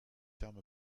termes